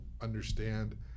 understand